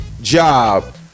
job